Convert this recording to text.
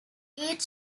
each